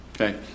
Okay